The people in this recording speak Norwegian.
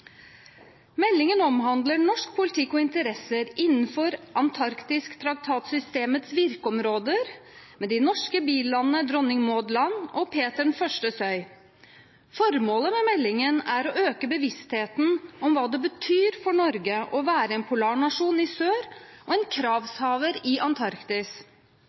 Meldingen omhandler norsk politikk og interesser innenfor Antarktistraktat-systemets virkeområder med de norske bilandene Dronning Maud Land og Peter I Øy. Formålet med meldingen er å øke bevisstheten om hva det betyr for Norge å være en polarnasjon i sør og en kravshaver i Antarktis.